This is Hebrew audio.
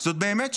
זאת באמת שאלה.